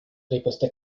riposta